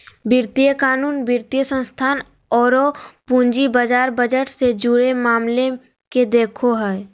वित्तीय कानून, वित्तीय संस्थान औरो पूंजी बाजार बजट से जुड़े मामले के देखो हइ